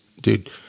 dude